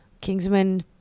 Kingsman